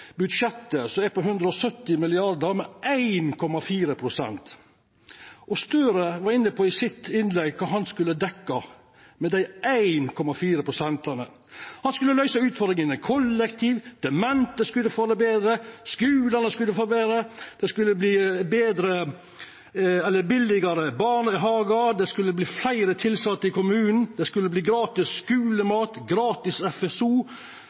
budsjettet, som er på 170 mrd. kr, med 1,4 pst. Støre var i sitt innlegg inne på kva han skulle dekkja med dei 1,4 prosentane: Han skulle løysa utfordringane med kollektiv, demente skulle få det betre, skulane skulle få det betre, det skulle verta billigare barnehagar og fleire tilsette i kommunen, gratis skulemat og gratis SFO, og det skulle